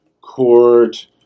Court